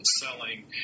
selling